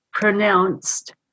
Pronounced